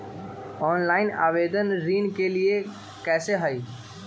Online आवेदन ऋन के लिए कैसे हुई?